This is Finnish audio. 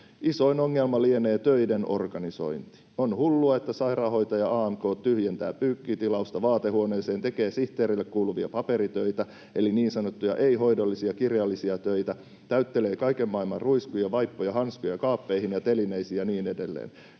”Isoin ongelma lienee töiden organisointi. On hullua, että sairaanhoitaja (AMK) tyhjentää pyykkitilausta vaatehuoneeseen, tekee sihteerille kuuluvia paperitöitä eli niin sanottuja ei-hoidollisia kirjallisia töitä, täyttelee kaiken maailman ruiskuja, vaippoja, hanskoja kaappeihin ja telineisiin ja niin edelleen.